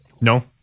No